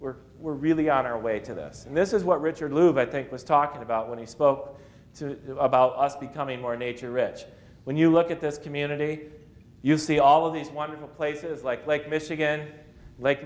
we're we're really on our way to that and this is what richard lugar i think was talking about when he spoke to about us becoming more nature rich when you look at the community you see all of these wonderful places like like michigan